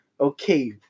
Okay